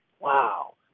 wow